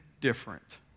different